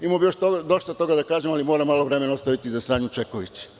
Imamo bih još dosta toga da kažem, ali moram malo vremena ostaviti za Sanju Čeković.